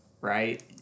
right